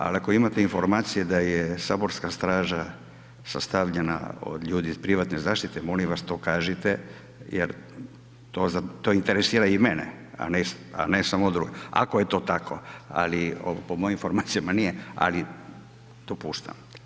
Da, ali ako imate informacije da je saborska straža sastavljena od ljudi iz privatne zaštite molim vas to kažite jer to interesira i mene a ne samo druge, ako je to tako ali po mojim informacijama nije ali dopuštam.